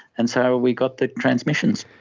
and so we got the transmissions.